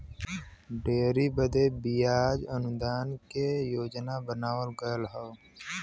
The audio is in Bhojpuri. डेयरी बदे बियाज अनुदान के योजना बनावल गएल हौ